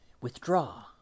Withdraw